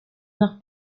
nach